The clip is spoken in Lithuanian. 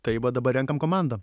tai va dabar renkam komandą